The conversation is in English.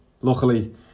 luckily